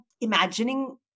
imagining